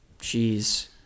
jeez